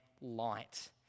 light